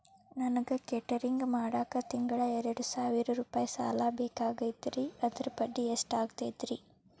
ನನಗ ಕೇಟರಿಂಗ್ ಮಾಡಾಕ್ ತಿಂಗಳಾ ಎರಡು ಸಾವಿರ ರೂಪಾಯಿ ಸಾಲ ಬೇಕಾಗೈತರಿ ಅದರ ಬಡ್ಡಿ ಎಷ್ಟ ಆಗತೈತ್ರಿ?